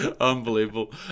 Unbelievable